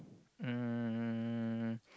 um